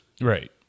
Right